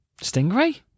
stingray